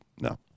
no